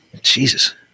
Jesus